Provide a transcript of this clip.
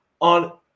on